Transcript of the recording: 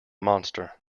monster